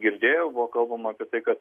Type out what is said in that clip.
girdėjau buvo kalbama apie tai kad